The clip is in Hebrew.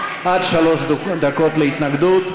עד שלוש דקות להתנגדות.